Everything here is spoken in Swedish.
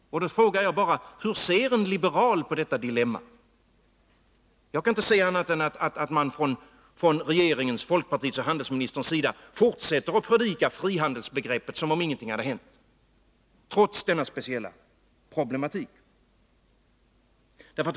Då frågar jag bara: Hur ser en liberal på detta dilemma? Jag kan inte finna annat än att regeringen, folkpartiet och handelsministern fortsätter att predika frihandelsbegreppet som om ingenting hade hänt, trots denna speciella problematik.